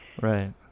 Right